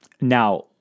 Now